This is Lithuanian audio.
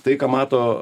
tai ką mato